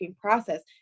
process